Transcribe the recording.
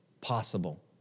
possible